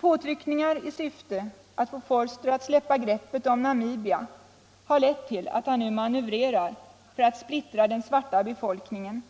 Påtryckningar i syfte att få Vorster att släppa greppet om Namibia har lett till att han nu manövrerar för att splittra den svarta befolkningen.